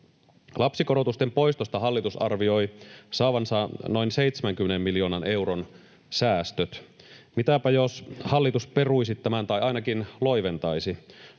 Lapsikorotusten poistosta hallitus arvioi saavansa noin 70 miljoonan euron säästöt. Mitäpä, jos hallitus peruisi tämän tai ainakin loiventaisi?